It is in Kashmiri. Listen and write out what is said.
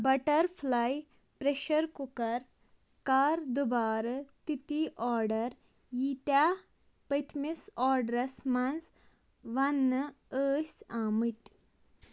بَٹر فُلاے پرٛیشر کُکر کر دُبارٕ تِتی آرڈر ییٖتیٚاہ پٔتۍمِس آرڈَس مَنٛز وننہٕ ٲسۍ آمٕتۍ